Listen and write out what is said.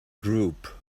group